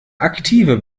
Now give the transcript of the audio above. aktive